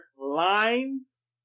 lines